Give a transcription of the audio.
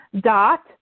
dot